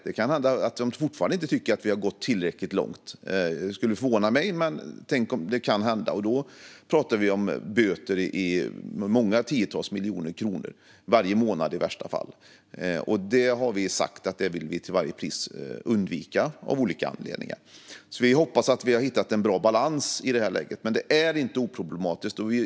Det kan hända att de fortfarande inte tycker att vi har gått tillräckligt långt. Det skulle förvåna mig, men det kan hända. Då pratar vi om böter på många tiotals miljoner kronor varje månad i värsta fall. Det har vi sagt att vi till varje pris av olika anledningar vill undvika. Vi hoppas att vi har hittat en bra balans i det här läget, men det är inte oproblematiskt.